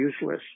useless